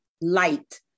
light